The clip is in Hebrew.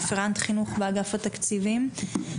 רפרנט חינוך באגף התקציבים של משרד האוצר,